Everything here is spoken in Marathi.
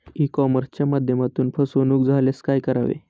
ई कॉमर्सच्या माध्यमातून फसवणूक झाल्यास काय करावे?